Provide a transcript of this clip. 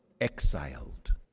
exiled